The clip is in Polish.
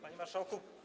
Panie Marszałku!